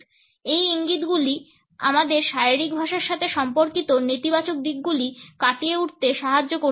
এই ইঙ্গিতগুলি আমাদের শারীরিক ভাষার সাথে সম্পর্কিত নেতিবাচক দিকগুলি কাটিয়ে উঠতে সাহায্য করতে পারে